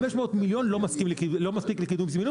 500 מיליון לא מפסיקים לקידום זמינות.